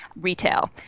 retail